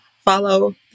follow